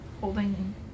holding